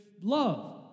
love